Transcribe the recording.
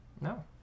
no